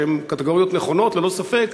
שהן קטגוריות נכונות ללא ספק,